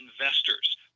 investors